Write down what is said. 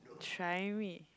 try me